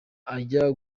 ajya